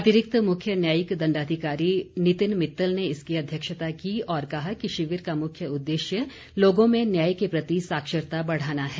अतिरिक्त मुख्य न्यायिक दण्डाधिकारी नितिन मित्तल ने इसकी अध्यक्षता की और कहा कि शिविर का मुख्य उद्देश्य लोगों में न्याय के प्रति साक्षरता बढ़ाना है